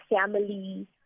family